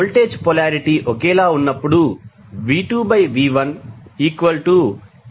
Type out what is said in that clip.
voltage polarity ఒకేలా ఉన్నప్పుడు V2V1N2N1n